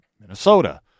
Minnesota